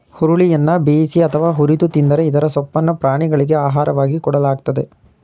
ಹುರುಳಿಯನ್ನ ಬೇಯಿಸಿ ಅಥವಾ ಹುರಿದು ತಿಂತರೆ ಇದರ ಸೊಪ್ಪನ್ನು ಪ್ರಾಣಿಗಳಿಗೆ ಆಹಾರವಾಗಿ ಕೊಡಲಾಗ್ತದೆ